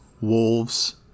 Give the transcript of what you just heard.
Wolves